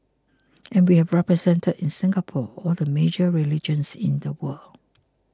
and we have represented in Singapore all the major religions in the world